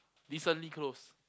decently close